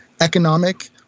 economic